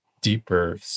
deeper